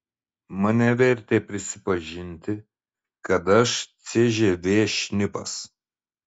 mane vertė prisipažinti kad aš cžv šnipas